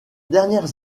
dernières